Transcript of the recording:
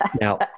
Now